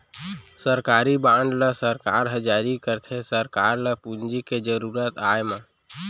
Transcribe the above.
सरकारी बांड ल सरकार ह जारी करथे सरकार ल पूंजी के जरुरत आय म